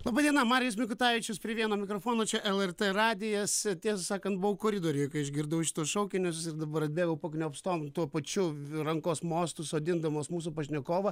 laba diena marijus mikutavičius prie vieno mikrofono čia lrt radijas tiesą sakant buvau koridoriuje kai išgirdau šituos šaukinius ir dabar atbėgau pakniopstom tuo pačiu rankos mostu sodindamos mūsų pašnekovą